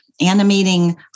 animating